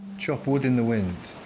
chop wood in the wind,